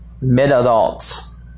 mid-adults